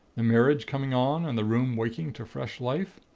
the marriage coming on, and the room waking to fresh life.